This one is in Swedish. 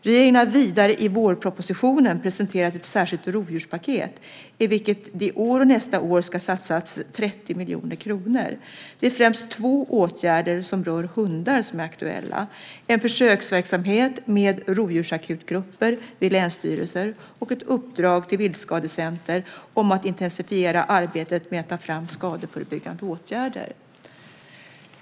Regeringen har vidare i vårpropositionen presenterat ett särskilt "rovdjurspaket" i vilket det i år och nästa år ska satsas 30 miljoner kronor. Det är främst två åtgärder som rör hundar som är aktuella, en försöksverksamhet med rovdjursakutgrupper vid länsstyrelser och ett uppdrag till Viltskadecenter om att intensifiera arbetet med att ta fram skadeförebyggande åtgärder.